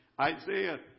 Isaiah